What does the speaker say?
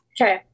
okay